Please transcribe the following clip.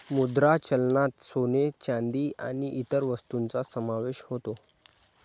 मुद्रा चलनात सोने, चांदी आणि इतर वस्तूंचा समावेश होतो